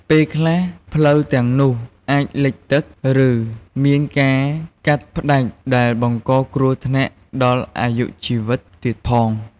ពេលខ្លះ ផ្លូវទាំងនោះអាចលិចទឹក ឬមានការកាត់ផ្តាច់ ដែលបង្កគ្រោះថ្នាក់ដល់អាយុជីវិតទៀតផង។